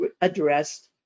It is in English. addressed